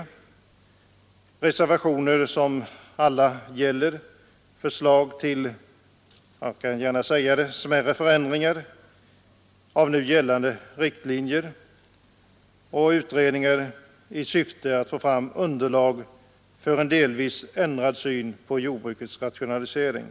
Reservationerna gäller förslag till smärre förändringar av nu gällande riktlinjer och utredningar i syfte att få fram underlag för en delvis ändrad syn på jordbrukets rationalisering.